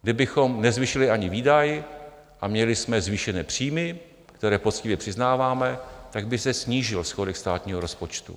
Kdybychom nezvýšili ani výdaj a měli jsme zvýšené příjmy, které poctivě přiznáváme, tak by se snížil schodek státního rozpočtu.